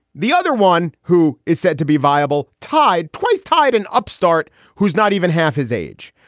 the other one who is said to be viable, tied, twice, tied, an upstart who's not even half his age.